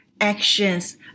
actions